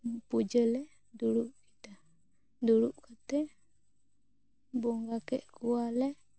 ᱯᱩᱡᱟ ᱞᱮ ᱫᱩᱲᱩᱵ ᱫᱩᱲᱩᱵ ᱠᱟᱛᱮ ᱵᱚᱸᱜᱟ ᱠᱮᱜ ᱠᱚᱣᱟᱞᱮ